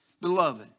Beloved